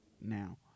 now